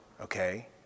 okay